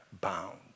bound